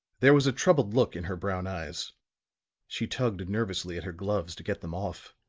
there was a troubled look in her brown eyes she tugged nervously at her gloves to get them off.